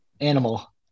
animal